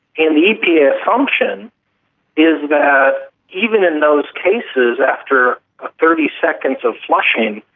and the epa assumption is that even in those cases after thirty seconds of flushing,